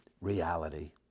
reality